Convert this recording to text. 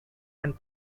and